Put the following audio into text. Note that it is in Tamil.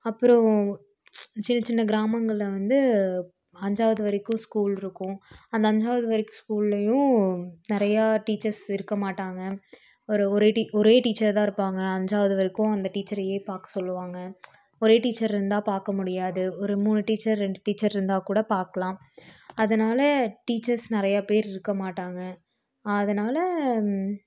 அப்புறம் சின்ன சின்ன கிராமங்களில் வந்து அஞ்சாவது வரைக்கும் ஸ்கூலிருக்கும் அந்த அஞ்சாவது வரைக்கும் ஸ்கூல்லேயும் நிறையா டீச்சர்ஸ் இருக்க மாட்டாங்க ஒரு ஒரே ஒரே டீச்சர் தான் இருப்பாங்க அஞ்சாவது வரைக்கும் அந்த டீச்சரையே பார்க்க சொல்வாங்க ஒரே டீச்சரிருந்தா பார்க்க முடியாது ஒரு மூணு டீச்சர் ரெண்டு டீச்சர் இருந்தால் கூட பார்க்கலாம் அதனால டீச்சர்ஸ் நிறைய பேரிருக்க மாட்டாங்க அதனால்